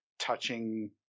touching